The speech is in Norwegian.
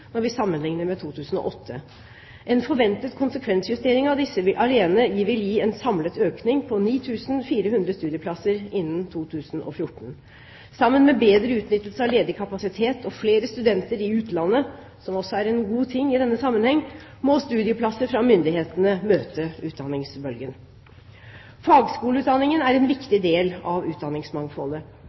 når vi sammenlikner med 2008. En forventet konsekvensjustering av disse vil alene gi en samlet økning på 9 400 studieplasser innen 2014. Sammen med bedre utnyttelse av ledig kapasitet og flere studenter i utlandet, som også er en god ting i denne sammenheng, må studieplasser fra myndighetene møte utdanningsbølgen. Fagskoleutdanningen er en viktig del av utdanningsmangfoldet.